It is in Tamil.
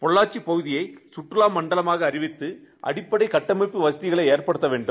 பொள்ளாச்சிப் பகுதியை சுற்றுலா மண்டலமாக அறிவித்து அடிப்படை கட்டமைப்பு வசதிகளை எற்படுத்த வேண்டும்